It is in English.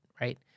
right